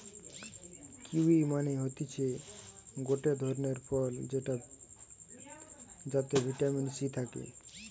kiwi মানে হতিছে গটে ধরণের ফল যাতে ভিটামিন সি থাকে